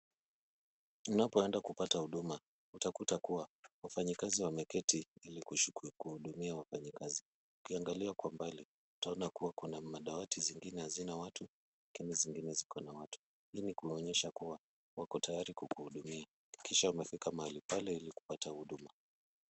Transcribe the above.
Unapoenda kupata huduma utakuta kuwa wafanyikazi wameketi, ili kuhudumia wafanyikazi. Ukiangalia kwa mbali utaona kuwa kuna madawati zingine hazina watu lakini zingine ziko na watu. Hii ni kukuonyesha kuwa wako tayari kukuhudumia. Hakikisha umefika mahali pale ili kupata huduma.